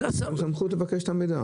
יש לה סמכות לבקש,